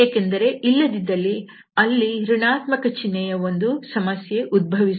ಏಕೆಂದರೆ ಇಲ್ಲದಿದ್ದಲ್ಲಿ ಅಲ್ಲಿ ಋಣಾತ್ಮಕ ಚಿನ್ಹೆಯ ಒಂದು ಸಮಸ್ಯೆ ಉದ್ಭವಿಸಬಹುದು